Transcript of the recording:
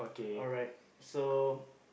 alright so